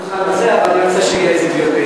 אני מוכן לזה, אבל אני רוצה שיהיה איזה דיון.